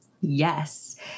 Yes